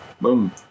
boom